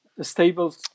stable